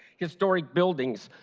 historic buildings,